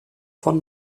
von